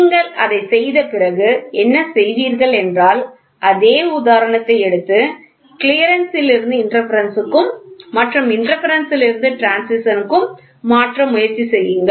நீங்கள் அதை செய்த பிறகு என்ன செய்வீர்கள் என்றால் அதே உதாரணத்தை எடுத்து கிளியரன்ஸ் இல் இருந்து இன்டர்பெரென்ஸ் க்கும் மற்றும் இன்டர்பெரென்ஸ் இல் இருந்து ட்ரான்சிடின் க்கும் மாற்ற முயற்சி செய்யுங்கள்